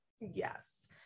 Yes